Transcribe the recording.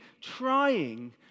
trying